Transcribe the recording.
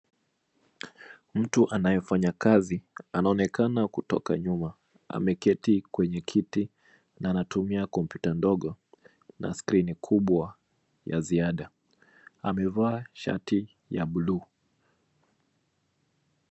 Mtu anayefanya kazi anaonekana kutoka nyuma. Ameketi kwenye kiti na anatumia kompyuta ndogo na skrini kubwa ya ziada. Amevaa shati la bluu.